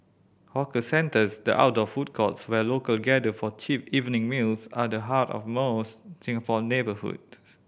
hawker centres the outdoor food courts where local gather for cheap evening meals are the heart of most Singapore neighbourhood